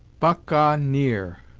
buck-ah-near!